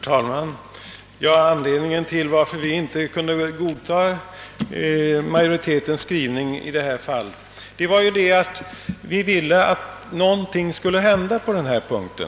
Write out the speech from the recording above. Herr talman! Anledningen till att vi inte kunde godta majoritetens skrivning i detta fall var att vi önskade att någonting skulle hända på detta område.